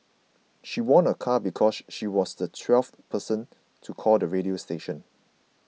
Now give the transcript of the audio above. she won a car because she was the twelfth person to call the radio station